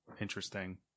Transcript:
Interesting